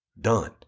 done